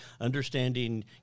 understanding